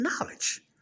knowledge